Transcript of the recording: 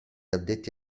addetti